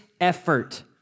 effort